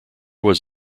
was